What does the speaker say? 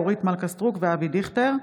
אורית מלכה סטרוק ואבי דיכטר,